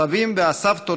הסבים והסבתות,